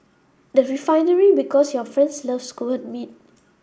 the Refinery Because your friends love skewered meat